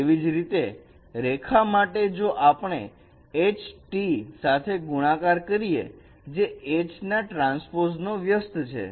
તેવી જ રીતે રેખા માટે જો આપણે H T સાથે ગુણાકાર કરીએ જે H ના ટ્રાન્સપોઝ નો વ્યસ્ત છે